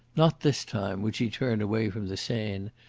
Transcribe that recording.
not this time would she turn away from the seine,